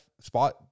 Spot